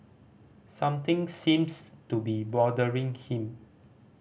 something seems to be bothering him